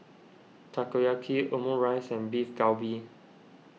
Takoyaki Omurice and Beef Galbi